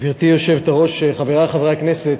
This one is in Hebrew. גברתי היושבת-ראש, חברי חברי הכנסת,